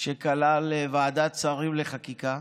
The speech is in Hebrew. שכלל ועדת שרים לחקיקה,